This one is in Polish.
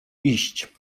iść